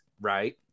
right